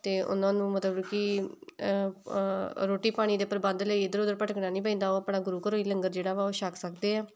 ਅਤੇ ਉਹਨਾਂ ਨੂੰ ਮਤਲਬ ਕਿ ਰੋਟੀ ਪਾਣੀ ਦੇ ਪ੍ਰਬੰਧ ਲਈ ਇੱਧਰ ਉੱਧਰ ਭਟਕਣਾ ਨਹੀਂ ਪੈਂਦਾ ਉਹ ਆਪਣਾ ਗੁਰੂ ਘਰੋਂ ਹੀ ਲੰਗਰ ਜਿਹੜਾ ਵਾ ਉਹ ਛੱਕ ਸਕਦੇ ਆ